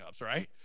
right